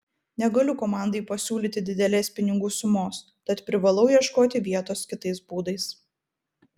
negaliu komandai pasiūlyti didelės pinigų sumos tad privalau ieškoti vietos kitais būdais